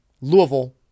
Louisville